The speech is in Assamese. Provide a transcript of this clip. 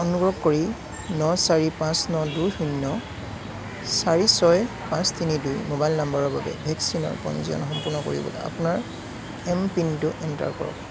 অনুগ্ৰহ কৰি ন চাৰি পাঁচ ন দুই শূন্য চাৰি ছয় পাঁচ তিনি দুই মোবাইল নম্বৰৰ বাবে ভেকচিনৰ পঞ্জীয়ন সম্পূৰ্ণ কৰিবলৈ আপোনাৰ এমপিন টো এণ্টাৰ কৰক